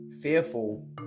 fearful